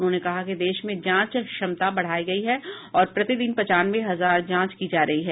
उन्होंने कहा कि देश में जांच क्षमता बढ़ाई गई है और प्रतिदिन पंचानवे हजार जांच की जा रही हैं